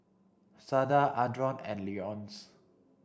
Sada Adron and Leonce